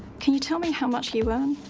can you tell me how much you earn?